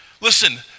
Listen